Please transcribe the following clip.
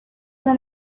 the